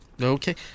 Okay